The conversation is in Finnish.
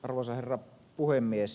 arvoisa herra puhemies